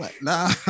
nah